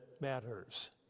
matters